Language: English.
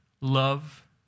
love